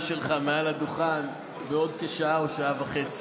שלך מעל הדוכן בעוד כשעה או שעה וחצי?